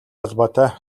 холбоотой